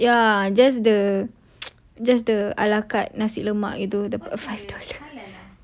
ya just the just the a la carte nasi lemak itu